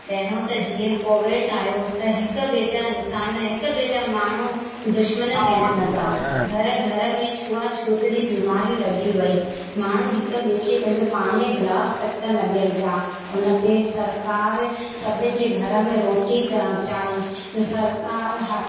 पहिरियों त जीअं कोविड आयो त हिकु ॿिए जा इंसान हिकु ॿिए जा माण्हू दुश्मन थियण लॻा घर घर में छुआ छूत जी बीमारी लॻी वई माण्हू हिकु ॿिए खे पंहिंजो पाणीअ गिलास तक त न ॾियनि पिया उन ते सरकार सभिनि जे घर में रोटी पहुचाई सरकार